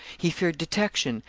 he feared detection,